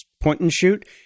point-and-shoot